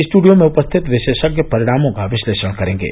studio में उपस्थित विशेषज्ञ परिणामों का विश्लेषण करेंगे